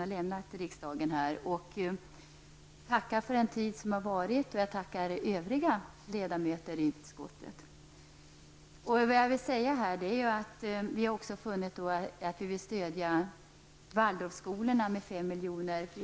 han lämnat riksdagen. Jag vill tacka för den tid som varit, och jag vill också tacka övriga ledamöter i utskottet. Jag vill tillägga att vi också vill stöjda Waldorfskolorna med 5 milj.kr.